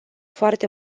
foarte